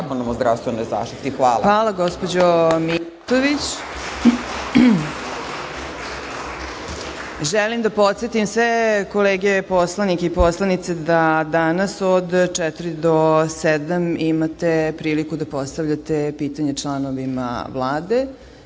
Hvala gospođo Mijatović. Želim da podsetim sve kolege poslanike i poslanice da danas od četiri do sedam imate priliku da postavljate pitanje članovi Vlade,